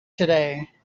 today